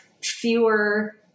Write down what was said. fewer